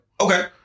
Okay